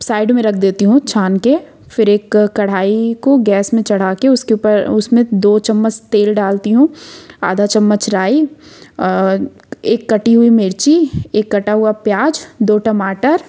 फिर उसको साइड में रख देती हूँ छान के फिर एक कड़ाई को गैस में चढ़ा के उसके ऊपर उसमें दो चम्मच तेल डालती हूँ आधा चम्मच राई एक कटी हुई मिर्ची एक काटा हुआ प्याज दो टमाटर